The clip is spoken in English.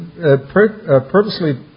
purposely